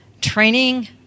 training